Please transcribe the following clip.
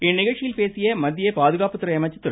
இந்நிகழ்ச்சியில் பேசிய மத்திய பாதுகாப்புத் துறை அமைச்சர் திரு